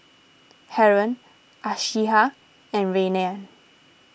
Haron Aishah and Rayyan